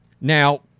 Now